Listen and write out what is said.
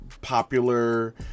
popular